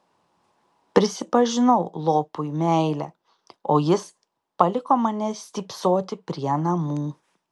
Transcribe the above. prisipažinau lopui meilę o jis paliko mane stypsoti prie namų